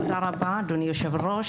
תודה רבה ליו״ר.